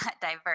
diverse